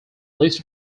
list